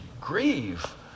grieve